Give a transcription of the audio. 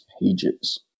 pages